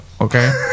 Okay